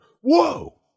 whoa